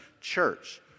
church